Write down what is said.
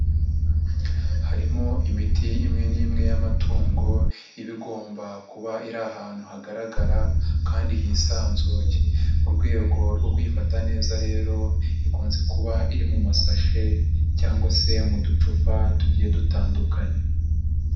Harimo imiti imwe n'imwe y'amatungo iba igomba kuba iri ahantu hagaragara kandi hisanzuye, mu rwego rwo kuyifata neza rero ikunze kuba iri mu masashe cyangwa se mu ducupa tugiye dutandukanye.